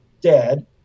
dead